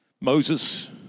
Moses